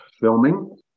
filming